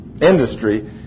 industry